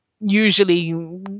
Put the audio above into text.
Usually